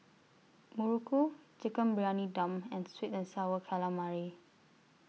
Muruku Chicken Briyani Dum and Sweet and Sour Calamari